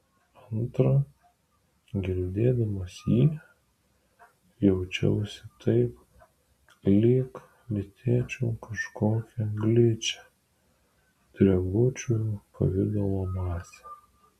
antra girdėdamas jį jaučiausi taip lyg lytėčiau kažkokią gličią drebučių pavidalo masę